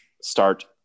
start